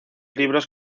libros